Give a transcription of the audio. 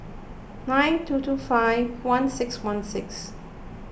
nine two two five one six one six